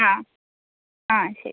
ആ ആ ശരി